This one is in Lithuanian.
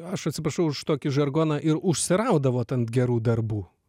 aš atsiprašau už tokį žargoną ir užsiraudavot ant gerų darbų